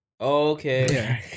Okay